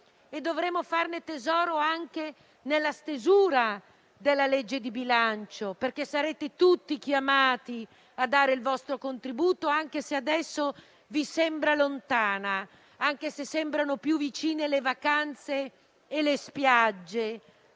Dovremo farne tesoro anche nella stesura della legge di bilancio, perché sarete tutti chiamati a dare il vostro contributo, anche se adesso vi sembra una prospettiva lontana e sembrano più vicine le vacanze e le spiagge.